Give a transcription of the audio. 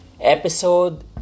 Episode